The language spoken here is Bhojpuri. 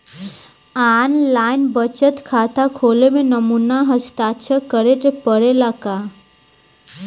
आन लाइन बचत खाता खोले में नमूना हस्ताक्षर करेके पड़ेला का?